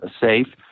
safe